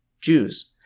Jews